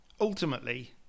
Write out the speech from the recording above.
Ultimately